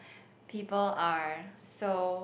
people are so